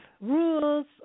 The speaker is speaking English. rules